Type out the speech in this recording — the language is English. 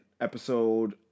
episode